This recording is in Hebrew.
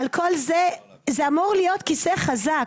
זה אמור להיות כיסא חזק.